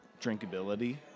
drinkability